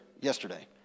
yesterday